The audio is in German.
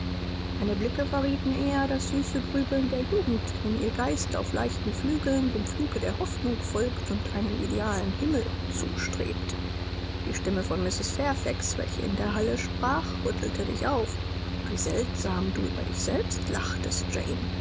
deine blicke verrieten eher das süße grübeln der jugend wenn ihr geist auf leichten flügeln dem fluge der hoffnung folgt und einem idealen himmel zustrebt die stimme von mrs fairfax welche in der halle sprach rüttelte dich auf und wie seltsam du über dich selbst lachtest jane